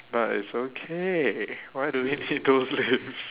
but it's okay why do we need those lips